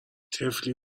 طفلی